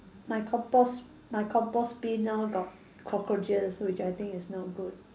my compost my compost bin now got cockroaches which I think is not good